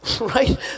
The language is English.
Right